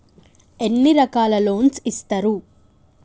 ఎన్ని రకాల లోన్స్ ఇస్తరు?